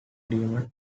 deemed